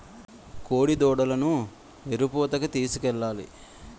కోడిదూడలను ఎరుపూతకి తీసుకెళ్లాలి